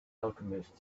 alchemist